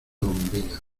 bombillas